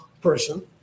person